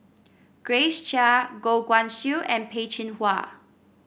Grace Chia Goh Guan Siew and Peh Chin Hua